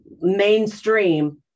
mainstream